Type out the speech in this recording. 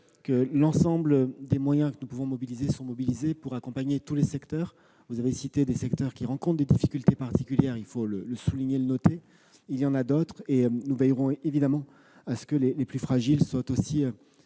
que l'ensemble des moyens que nous pouvons mobiliser le sont pour accompagner tous les secteurs. Vous avez cité des secteurs qui rencontrent des difficultés particulières, il faut le souligner, mais il y en a d'autres. Nous veillerons évidemment à ce que les plus fragiles soient aussi